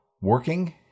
working